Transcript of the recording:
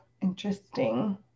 interesting